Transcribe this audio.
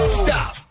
stop